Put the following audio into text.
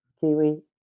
Kiwi